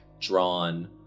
drawn